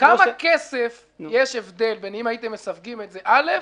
כמה כסף יש הבדל בין אם הייתם מסווגים את זה א'?